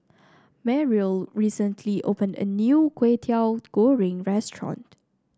Mariel recently opened a new Kway Teow Goreng restaurant